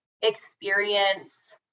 experience